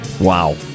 Wow